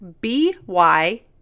B-Y